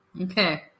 Okay